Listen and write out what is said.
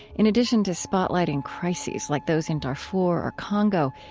in addition to spotlighting crises like those in darfur or congo,